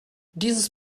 dieses